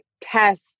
test